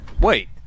wait